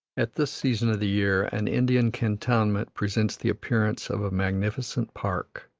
at this season of the year, an indian cantonment presents the appearance of a magnificent park.